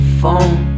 phone